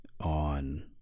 on